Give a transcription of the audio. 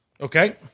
okay